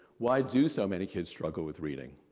why do so many kids struggle with reading?